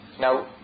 now